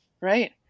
Right